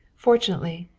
fortunately,